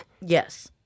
Yes